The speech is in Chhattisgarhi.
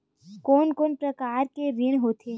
कोन कोन प्रकार के ऋण होथे?